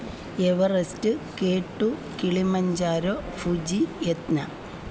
Everest K two Kilimanjaro Fuji യത്ന